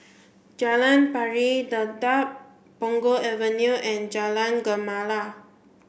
Jalan Pari Dedap Punggol Avenue and Jalan Gemala